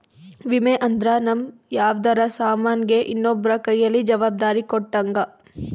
ವಿಮೆ ಅಂದ್ರ ನಮ್ ಯಾವ್ದರ ಸಾಮನ್ ಗೆ ಇನ್ನೊಬ್ರ ಕೈಯಲ್ಲಿ ಜವಾಬ್ದಾರಿ ಕೊಟ್ಟಂಗ